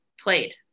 played